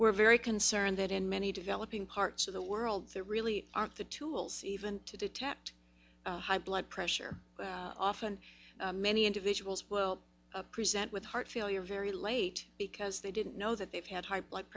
we're very concerned that in many developing parts of the world there really aren't the tools even to detect high blood pressure often many individuals present with heart failure very late because they didn't know that they've had high blood